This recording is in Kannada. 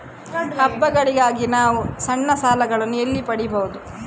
ಹಬ್ಬಗಳಿಗಾಗಿ ನಾನು ಸಣ್ಣ ಸಾಲಗಳನ್ನು ಎಲ್ಲಿ ಪಡಿಬಹುದು?